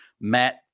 Matt